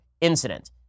incident